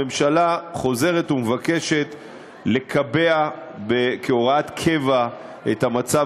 הממשלה חוזרת ומבקשת לקבע כהוראת קבע את המצב